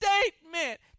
statement